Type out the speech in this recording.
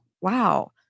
wow